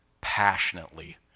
passionately